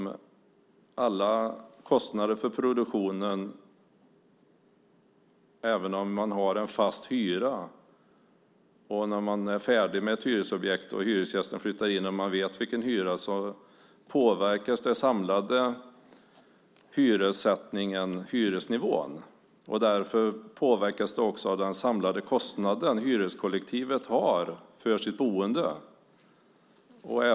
Alla kostnader för produktionen påverkar även om man har en fast hyra. När man byggt färdigt ett hyresobjekt och man vet vilken hyra det blir påverkas den samlade hyressättningen och hyresnivån. Därför påverkas de också av den samlade kostnaden hyreskollektivet har för sitt boende.